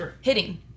hitting